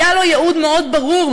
היה לו ייעוד מאוד ברור,